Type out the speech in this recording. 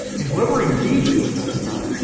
and whoever engages with that stuff,